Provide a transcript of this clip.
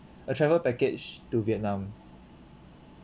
a travel package to vietnam